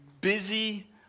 Busy